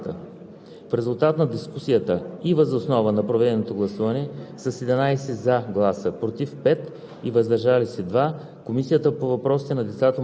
последвалата дискусия народният представител Иван Ченчев изрази резерви относно ефективността на реализираните политики, мерки и дейности, насочени към младите хора в страната.